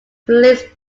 police